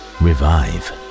revive